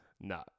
no